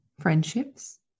friendships